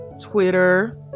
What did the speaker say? Twitter